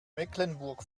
mecklenburg